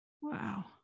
Wow